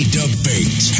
debate